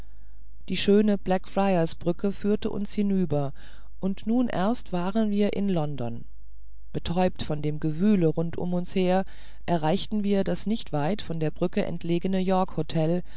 die schöne blackfriars brücke führte uns hinüber und nun erst waren wir in london beträubt von dem gewühle rund um uns her erreichten wir das nicht weit von der brücke entlegene york hotel